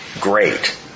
great